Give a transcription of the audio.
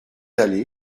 allez